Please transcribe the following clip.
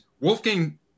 Wolfgang